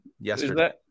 yesterday